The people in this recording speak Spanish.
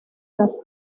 las